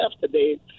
today